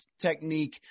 technique